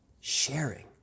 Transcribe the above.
Sharing